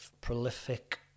prolific